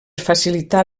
facilitar